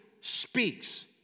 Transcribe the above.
speaks